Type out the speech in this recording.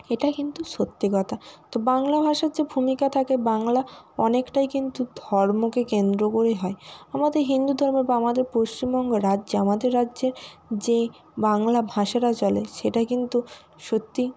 এটা কিন্তু সত্যি কথা তো বাংলা ভাষার যে ভূমিকা থাকে বাংলা অনেকটাই কিন্তু ধর্মকে কেন্দ্র করেই হয় আমাদের হিন্দু ধর্মের বা আমাদের পশ্চিমবঙ্গ রাজ্যে আমাদের রাজ্যের যেই বাংলা ভাষাটা চলে সেটা কিন্তু সত্যিই